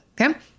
okay